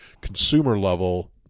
consumer-level